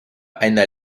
einer